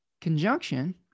conjunction